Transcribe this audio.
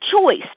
choice